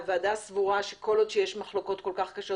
הוועדה סבורה שכל עוד יש מחלוקות כל כך קשות